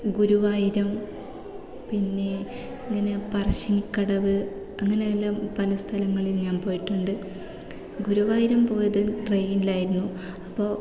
ഗുരുവായുർ പിന്നെ അങ്ങനെ പറശ്ശിനിക്കടവ് അങ്ങനെ എല്ലാം പല സ്ഥലങ്ങളിൽ ഞാൻ പോയിട്ടുണ്ട് ഗുരുവായുർ പോയത് ട്രെയ്നിലായിരുന്നു അപ്പോൾ